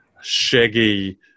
shaggy